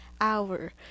hour